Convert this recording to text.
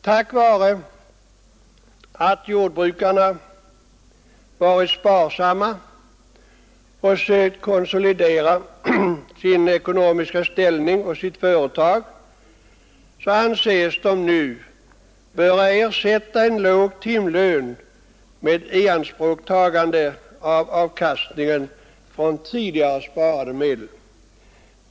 Tack vare att jordbrukarna har varit sparsamma och sökt konsolidera sin ekonomiska ställning och sitt företag anses de nu böra ersätta en låg timlön med ianspråktagande av avkastningen från tidigare sparade medel.